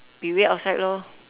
we wait outside lor